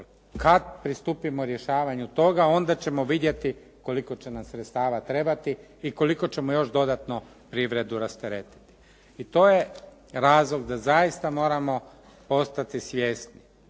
kad pristupimo rješavanju toga onda ćemo vidjeti koliko će nam sredstava trebati i koliko ćemo još dodatno privredu rasteretiti. I to je razlog da zaista moramo postati svjesni